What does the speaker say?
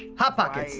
hot pockets.